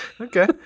Okay